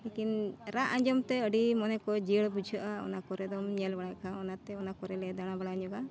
ᱞᱤᱠᱤᱱ ᱨᱟᱜ ᱟᱸᱡᱚᱢ ᱛᱮ ᱟᱹᱰᱤ ᱢᱚᱱᱮ ᱠᱚ ᱡᱤᱭᱟᱹᱲ ᱵᱩᱡᱷᱟᱹᱜᱼᱟ ᱚᱱᱟ ᱠᱚᱨᱮ ᱫᱚᱢ ᱧᱮᱞ ᱵᱟᱲᱟᱭ ᱠᱷᱟᱡ ᱚᱱᱟᱛᱮ ᱚᱱᱟ ᱠᱚᱨᱮ ᱞᱮ ᱫᱟᱬᱟ ᱵᱟᱲᱟ ᱧᱚᱜᱼᱟ